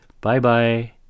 Bye-bye